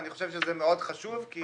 אני חושב שזה מאוד חשוב כי